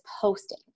posting